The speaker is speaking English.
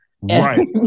Right